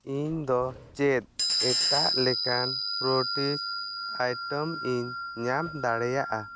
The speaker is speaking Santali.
ᱤᱧ ᱫᱚ ᱪᱮᱫ ᱮᱴᱟᱜ ᱞᱮᱠᱟᱱ ᱯᱷᱨᱚᱴᱤ ᱟᱭᱴᱚᱢ ᱤᱧ ᱧᱟᱢ ᱫᱟᱲᱮᱭᱟᱜᱼᱟ